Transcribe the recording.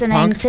Punk